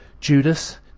Judas